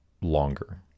longer